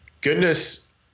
Goodness